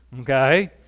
okay